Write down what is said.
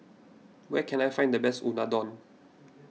where can I find the best Unadon